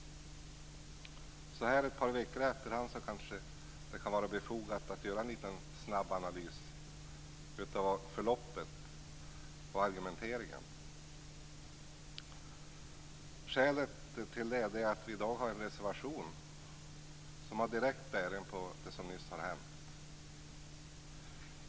Så här ett par veckor i efterhand kan det kanske vara befogat att göra en liten snabb analys av förloppet och argumenteringen. Skälet är att vi i dag har en reservation som har direkt bäring på det som nyss har hänt.